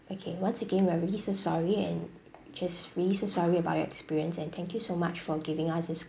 okay once again we are really so sorry and just really so sorry about your experience and thank you so much for giving us this